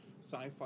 sci-fi